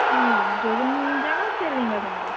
ᱚᱻ ᱡᱚᱡᱚᱢ ᱡᱟᱸᱜᱟ ᱥᱮ ᱞᱮᱸᱜᱟ ᱡᱟᱸᱜᱟ